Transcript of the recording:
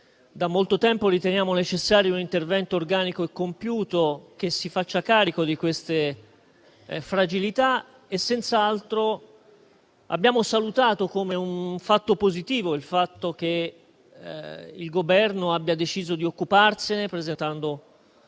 da molto tempo riteniamo necessario un intervento organico e compiuto che se ne faccia carico e senz'altro abbiamo salutato come positivo il fatto che il Governo abbia deciso di occuparsene, presentando